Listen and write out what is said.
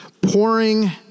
pouring